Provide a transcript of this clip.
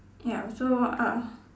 ya so uh